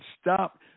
stop